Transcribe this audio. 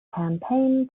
campaign